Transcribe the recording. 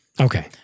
Okay